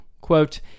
quote